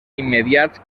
immediats